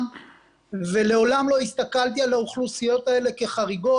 ולעולם לא הסתכלתי על האוכלוסיות האלה כחריגות,